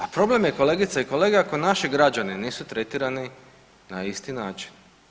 A problem je kolegice i kolege ako naši građani nisu tretirani na isti način.